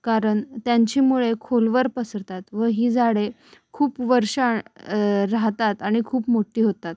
कारण त्यांची मुळे खोलवर पसरतात व ही झाडे खूप वर्ष राहतात आणि खूप मोठी होतात